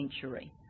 century